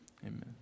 Amen